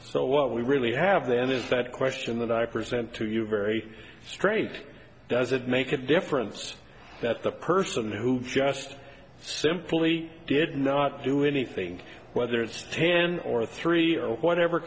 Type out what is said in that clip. what we really have then is that question that i present to you very straight does it make a difference that the person who just simply did not do anything whether it's ten or three or whatever